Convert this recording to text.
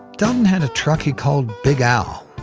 theldon had a truck he called big al.